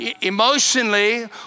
emotionally